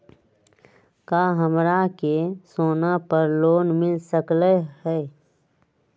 का हमरा के सोना पर लोन मिल सकलई ह?